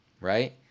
right